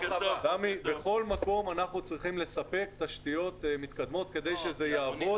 בכל מקום אנחנו צריכים לספק תשתיות מתקדמות כדי שזה יעבוד.